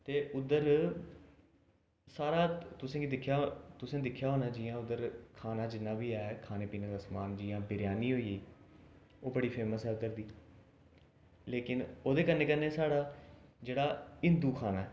ते उद्धर सारा तुसें गी दिक्खेआ तुसें दिक्खेआ होना जि'यां उद्धर खाना जिन्ना बी ऐ खाने पीने दा समान जि'यां बिरयानी होई गेई ओह् बड़ी फेमस ऐ उद्धर दी लेकिन ओह्दे कन्नै कन्नै साढ़ा जेह्ड़ा हिंदू खाना